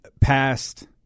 past